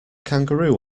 kangaroo